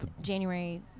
January